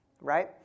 right